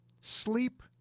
Sleep